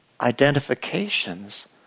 identifications